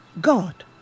God